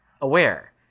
aware